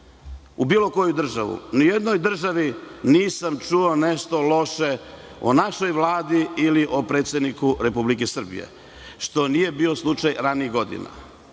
u bilo koju državu, ni u jednoj državi nisam čuo nešto loše o našoj Vladi ili o predsedniku Republike Srbije, što nije bio slučaj ranijih godina. Sada